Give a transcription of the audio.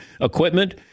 equipment